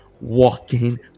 walking